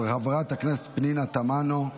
אושרה בקריאה טרומית